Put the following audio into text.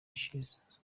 ishimwe